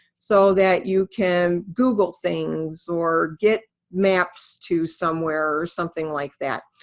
so that you can google things, or get maps to somewhere, or something like that.